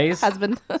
husband